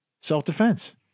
self-defense